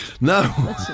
No